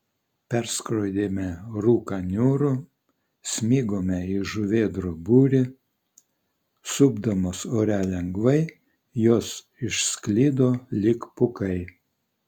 perskrodėme rūką niūrų smigome į žuvėdrų būrį supdamos ore lengvai jos išsklido lyg pūkai